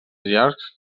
llargs